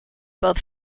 both